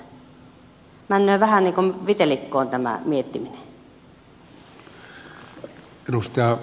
männöö vähän niin kun vitelikkoon tämä miettiminen